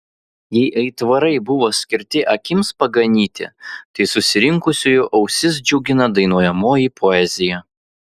jei aitvarai buvo skirti akims paganyti tai susirinkusiųjų ausis džiugina dainuojamoji poezija